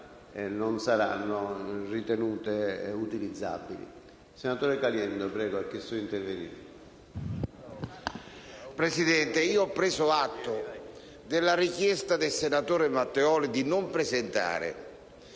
Presidente, ho preso atto della richiesta del senatore Matteoli di non presentare